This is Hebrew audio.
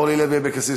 אורלי לוי אבקסיס,